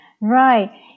Right